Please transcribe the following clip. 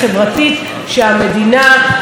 שהיא נמצאת בה.